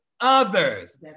others